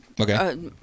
Okay